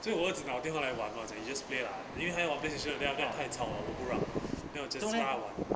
所以我知打电话来玩 mah 讲你 just play lah 因为他玩 playstation 太嘈我不让 then 我 just 把玩